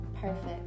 Perfect